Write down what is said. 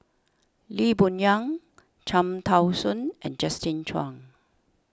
Lee Boon Yang Cham Tao Soon and Justin Zhuang